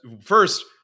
First